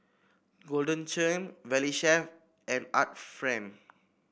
Golden Churn Valley Chef and Art Friend